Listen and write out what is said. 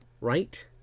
Right